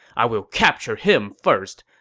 i will capture him first.